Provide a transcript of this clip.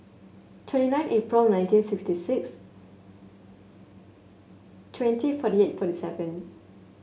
twenty nine April nineteen sixty six twenty forty eight forty seven